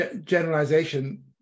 generalization